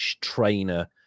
trainer